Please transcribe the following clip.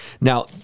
Now